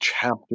chapter